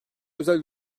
özel